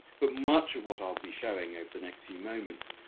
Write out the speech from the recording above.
but much of what i'll be showing over the next few moments